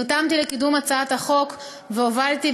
נרתמתי לקידום הצעת החוק והובלתי,